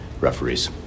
referees